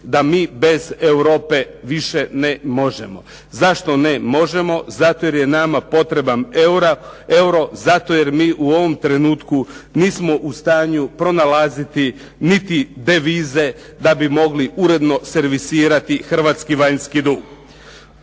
da mi bez Europe više ne možemo. Zašto ne možemo? Zato jer je nama potreban euro, zato jer mi u ovom trenutku nismo u stanju pronalaziti niti devize da bi mogli uredno servisirani hrvatski vanjski dug.